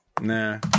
Nah